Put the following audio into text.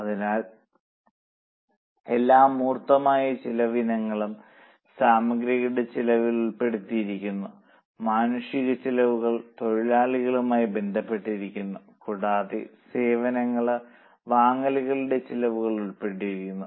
അതിനാൽ എല്ലാ മൂർത്തമായ ചെലവ് ഇനങ്ങളും സാമഗ്രികളുടെ ചെലവിൽ ഉൾപ്പെടുത്തിയിരിക്കുന്നു മാനുഷിക ചെലവുകൾ തൊഴിലാളികളുമായി ബന്ധപ്പെട്ടിരിക്കുന്നു കൂടാതെ സേവനങ്ങളുടെ വാങ്ങലും ചെലവിൽ ഉൾപ്പെട്ടിരിക്കുന്നു